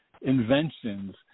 inventions